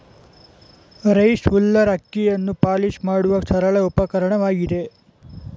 rice huller ಅಕ್ಕಿಯನ್ನು polish ಮಾಡುವ ಸರಳ ಉಪಕರಣವಾಗಿದೆ